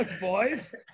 boys